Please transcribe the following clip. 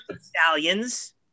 Stallions